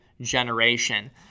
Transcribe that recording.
generation